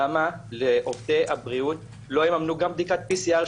למה לעובדי הבריאות לא יממנו גם בדיקת PCL,